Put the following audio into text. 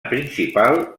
principal